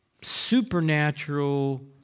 supernatural